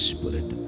Spirit